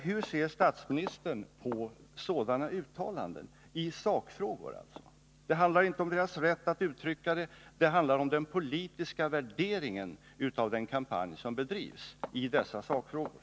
Hur ser statsministern på sådana uttalanden i sakfrågor? Det handlar inte om deras rätt att uttrycka det, det handlar om den politiska värderingen av den kampanj som bedrivs i dessa sakfrågor.